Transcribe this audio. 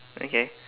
okay